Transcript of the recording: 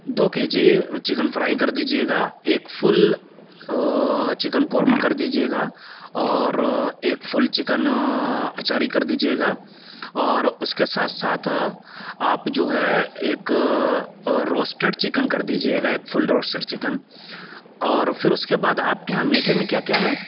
دو K G chicken fry کر دیجیے گا ایک فل چکن قورمہ کر دیجیے گا اور ایک فل چکن اچاری کر دیجیے گا اور اس کے ساتھ ساتھ آپ جو ہے ایک روسٹیڈ چکن کر دیجیے گا ایک فل روسٹیڈ چکن اور پھر اس کے بعد آپ کے یہاں میٹھے میں کیا کیا ہے